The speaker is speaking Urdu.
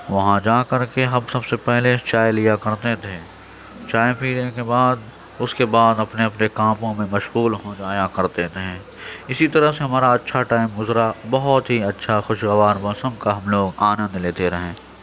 وہاں جا کر کے ہم سب سے پہلے چائے لیا کرتے تھے چائے پینے کے بعد اُس کے بعد اپنے اپنے کاموں میں مشغول ہو جایا کرتے تھے اِسی طرح سے ہمارا اچھا ٹائم گُزرا بہت ہی اچھا خوشگوار موسم کا ہم لوگ آنند لیتے رہے